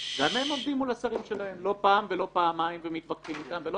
גם הם עומדים מול השרים שלהם לא פעם ולא פעמיים ומתווכחים איתם,